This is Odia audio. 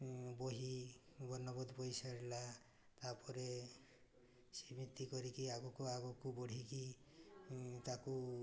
ବହି ବର୍ଣ୍ଣବୋଧ ବହି ସାରିଲା ତା'ପରେ ସେମିତି କରିକି ଆଗକୁ ଆଗକୁ ବଢ଼ିକି ତାକୁ